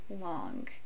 long